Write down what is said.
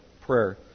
Prayer